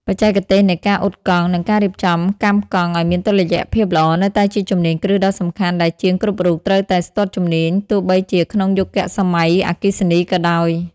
បច្ចេកទេសនៃការអ៊ុតកង់ និងការរៀបចំកាំកង់ឱ្យមានតុល្យភាពល្អ នៅតែជាជំនាញគ្រឹះដ៏សំខាន់ដែលជាងគ្រប់រូបត្រូវតែស្ទាត់ជំនាញទោះបីជាក្នុងយុគសម័យអគ្គិសនីក៏ដោយ។